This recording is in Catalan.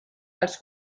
els